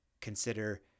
consider